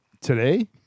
Today